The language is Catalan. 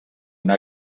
una